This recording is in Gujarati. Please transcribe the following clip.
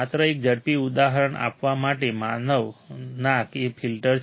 માત્ર એક ઝડપી ઉદાહરણ આપવા માટે નાક એ ફિલ્ટર છે